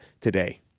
today